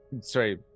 sorry